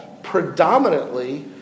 predominantly